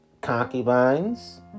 concubines